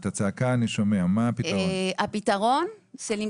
מהו הפתרון שאת מציעה?